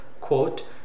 quote